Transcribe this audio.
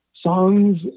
songs